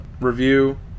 review